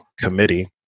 committee